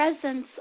presence